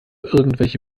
irgendwelche